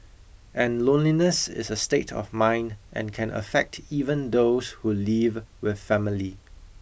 and loneliness is a state of mind and can affect even those who live with family